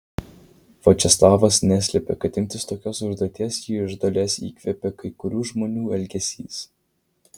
viačeslavas neslepia kad imtis tokios užduoties jį iš dalies įkvėpė kai kurių žmonių elgesys